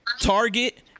Target